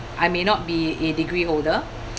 I may not be a degree holder